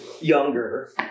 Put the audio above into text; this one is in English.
younger